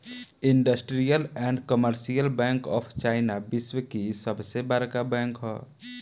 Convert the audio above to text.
industrial and commercial bank of China विश्व की सबसे बड़का बैंक ह